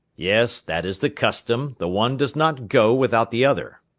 yes, that is the custom, the one does not go without the other.